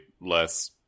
less